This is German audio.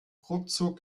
ruckzuck